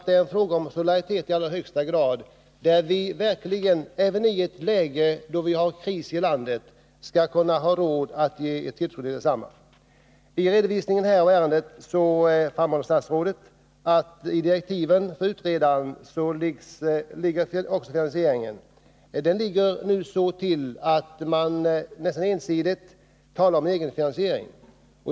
Det är i allra högsta grad en fråga om solidaritet. Även i ett läge då vi här i landet befinner oss i en kris skall vi ha råd att ge ett tillskott till taltidningar. I redovisningen av ärendet framhåller statsrådet att även finansieringsfrågan finns med i direktiven till den särskilde utredaren. Läget är nu sådant att man nästan ensidigt talar om egenfinansiering.